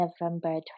november